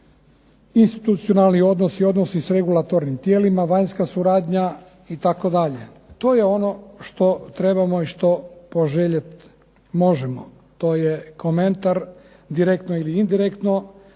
institucionalni odnosi, odnosi s regulatornim tijelima, vanjska suradnja itd. To je ono što trebamo i što poželjet možemo. To je komentar direktno ili indirektno